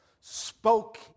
spoke